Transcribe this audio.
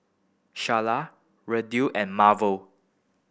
Sharla Randle and Marvel